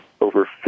over